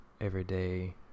everyday